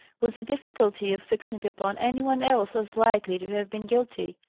was the difficulty of fixing upon any one else as likely to have been guilty.